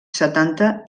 setanta